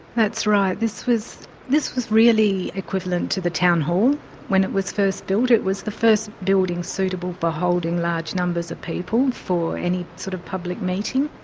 that's right. this was this was really equivalent to the town hall when it was first built. it was the first building suitable for holding large numbers of people for any sort of public meeting.